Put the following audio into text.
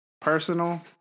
personal